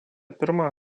pirmą